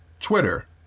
Twitter